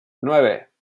nueve